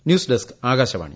news desk Akashvani